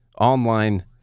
online